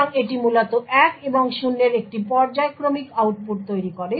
সুতরাং এটি মূলত 1 এবং 0 এর একটি পর্যায়ক্রমিক আউটপুট তৈরি করে